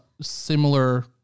similar